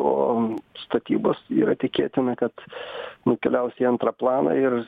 o statybos yra tikėtina kad nukeliaus į antrą planą ir